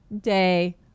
day